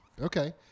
Okay